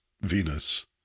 Venus